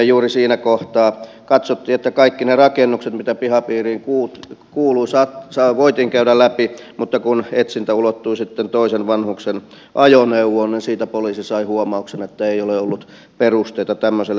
juuri siinä kohtaa katsottiin että kaikki ne rakennukset mitkä pihapiiriin kuuluivat voitiin käydä läpi mutta kun etsintä ulottui sitten toisen vanhuksen ajoneuvoon niin siitä poliisi sai huomautuksen että ei ole ollut perusteita tämmöiselle toimenpiteelle